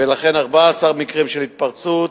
ולכן, 14 מקרים של התפרצות,